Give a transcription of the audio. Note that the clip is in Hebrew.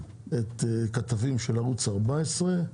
הכתבים של ערוץ 14,